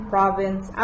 Province